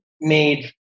made